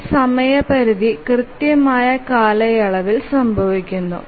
ഒരു സമയപരിധി കൃത്യമായി കാലയളവിൽ സംഭവിക്കുന്നു